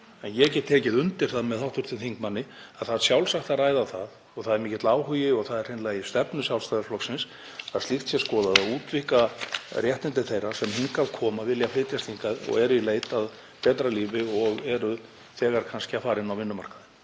En ég get tekið undir það með hv. þingmanni, og það er sjálfsagt að ræða það og það er mikill áhugi og hreinlega í stefnu Sjálfstæðisflokksins að slíkt sé skoðað, að útvíkka réttindi þeirra sem hingað koma, vilja flytjast hingað og eru í leit að betra lífi og eru þegar kannski að fara út á vinnumarkaðinn.